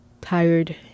tired